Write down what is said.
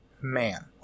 man